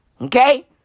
Okay